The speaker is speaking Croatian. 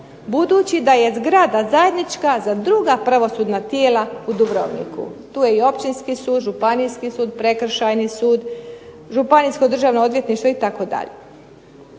budući da je zgrada zajednička za druga pravosudna tijela u Dubrovniku. Tu je i općinski sud, županijski sud, prekršajni sud, županijsko državno odvjetništvo itd.